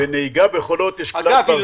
אגב,